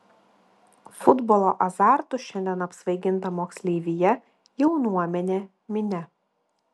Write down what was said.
futbolo azartu šiandien apsvaiginta moksleivija jaunuomenė minia